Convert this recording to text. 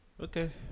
Okay